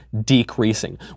decreasing